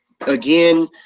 Again